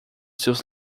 seus